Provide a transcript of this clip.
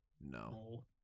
No